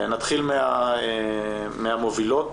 נתחיל מהמובילות